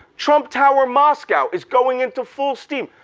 trump tower moscow is going into full steam.